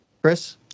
chris